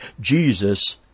Jesus